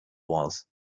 was